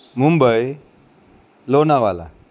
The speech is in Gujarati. મુંબઈ લોનાવાલા